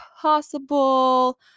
possible